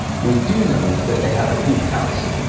we do know that they have a huge house.